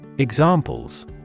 Examples